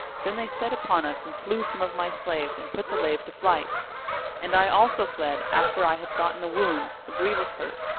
then they set upon us and slew some of my slaves and put the lave to flight and i also fled after i had gotten a wound, a grievous hurt,